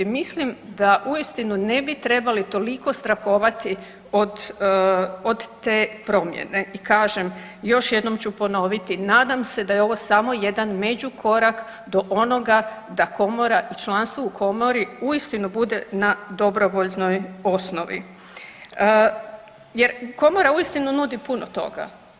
Mislim da uistinu ne bi trebali toliko strahovati od te promjene i kažem još jednom ću ponoviti, nadam se da je ovo samo jedan međukorak do onoga da komora i članstvo u komori uistinu bude na dobrovoljnoj osnovi jer komora uistinu nudi puno toga.